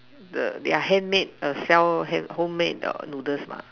the their handmade err sell hand homemade err noodles mah